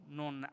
non